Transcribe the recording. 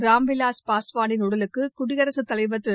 ராம்விலாஸ் பாஸ்வானின் உடலுக்கு குடியரசுத் தலைவர் திரு